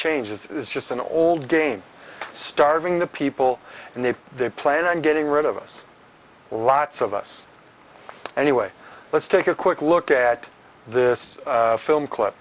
changed it's just an old game starving the people and they they plan on getting rid of us lots of us anyway let's take a quick look at this film cl